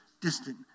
distant